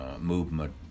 movement